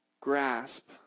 grasp